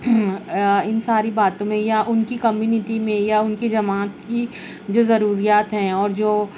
ان ساری باتوں میں یا ان کی کمیونٹی میں یا ان کی جماعت کی جو ضروریات ہیں اور جو